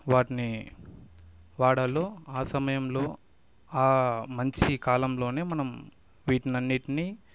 వాటిని వాడాలో ఆ సమయంలో ఆ మంచి కాలంలోనే మనం వీటిని అన్నిటిని